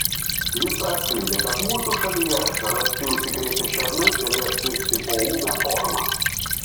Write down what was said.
jis atskleidė kad mūsų šalyje rasti užsikrėtę šernai galėjo sirgti poūme forma